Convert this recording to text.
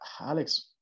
Alex